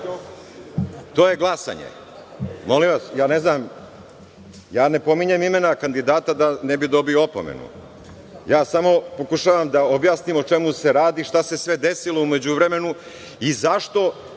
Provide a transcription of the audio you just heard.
to je glasanje. Molim vas, ja ne pominjem imena kandidata da ne bih dobio opomenu. Ja samo pokušavam da objasnim o čemu se radi i šta se sve desilo u međuvremenu i zašto